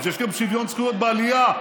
אז יש גם שוויון זכויות בעלייה,